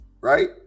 right